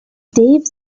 dave